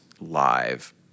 live